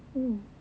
mm